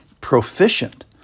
proficient